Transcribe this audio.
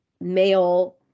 male